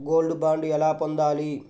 Gold bond ఎలా పొందాలి?